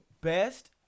best